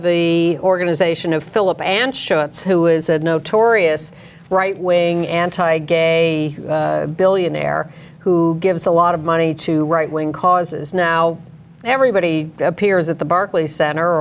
the organization of philip anschutz who is a notorious right wing anti gay billionaire who gives a lot of money to right wing causes now everybody appears at the barclay center